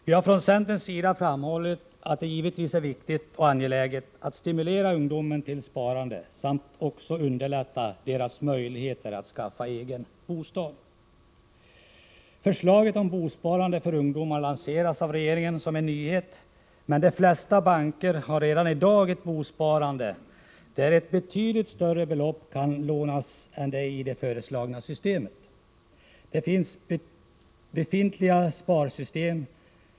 Vi har från centerns sida framhållit att det givetvis är viktigt och angeläget att stimulera ungdomen till sparande samt att också underlätta dess möjligheter att skaffa egen bostad. Förslaget om bosparande för ungdomar lanseras av regeringen som en nyhet, men de flesta banker har redan i dag ett bosparande, där betydligt större belopp kan lånas än de som är aktuella i det föreslagna systemet.